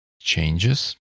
changes